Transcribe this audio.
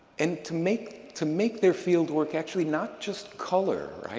and to make to make their fieldwork actually not just color, right,